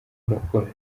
urakora